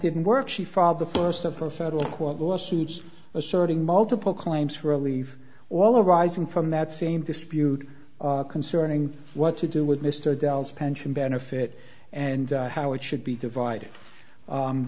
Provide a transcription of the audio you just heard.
didn't work she filed the first of her federal court lawsuits asserting multiple claims for a leave all arising from that same dispute concerning what to do with mr dell's pension benefit and how it should be divided